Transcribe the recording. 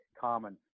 common